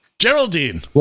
Geraldine